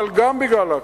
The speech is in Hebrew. אבל גם בגלל ההקפאה.